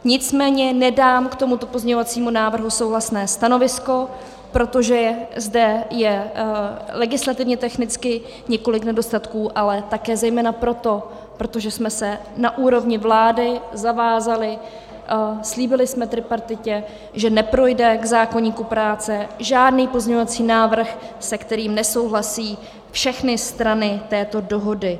Nicméně nedám k tomuto pozměňovacímu návrhu souhlasné stanovisko, protože zde je legislativně technicky několik nedostatků, ale také zejména proto, protože jsme se na úrovni vlády zavázali, slíbili jsme tripartitě, že neprojde k zákoníku práce žádný pozměňovací návrh, se kterým nesouhlasí všechny strany této dohody.